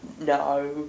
No